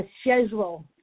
schedule